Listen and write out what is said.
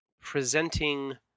presenting